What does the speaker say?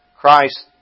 Christ